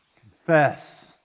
confess